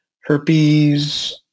herpes